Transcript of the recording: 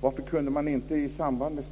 Varför kunde man inte i samband med